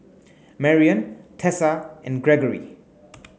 Marrion Tessa and Gregory